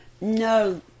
No